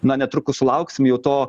na netrukus sulauksim jau to